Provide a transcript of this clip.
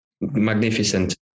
magnificent